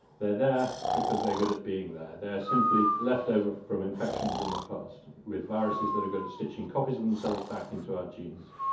they're there because they're good at being there they're simply left over from infections in the past, with viruses that are good at stitching copies of themselves back into our genes.